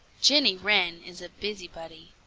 jenny wren is a busybody.